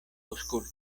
aŭskulti